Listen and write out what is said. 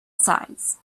sides